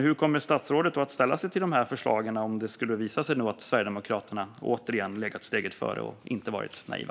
Hur kommer statsrådet att ställa sig till förslaget, om det visar sig att Sverigedemokraterna åter legat steget före och inte varit naiva?